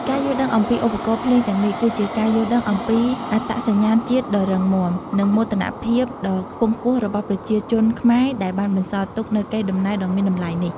ការយល់ដឹងអំពីឧបករណ៍ភ្លេងទាំងនេះ គឺជាការយល់ដឹងអំពីអត្តសញ្ញាណជាតិដ៏រឹងមាំ និងមោទនភាពដ៏ខ្ពង់ខ្ពស់របស់ប្រជាជនខ្មែរ ដែលបានបន្សល់ទុកនូវកេរដំណែលដ៏មានតម្លៃនេះ។